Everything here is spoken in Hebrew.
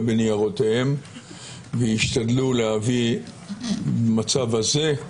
בניירותיהם וישתדלו להביא במצב הזה,